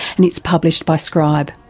and it's published by scribe.